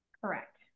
Correct